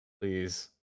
Please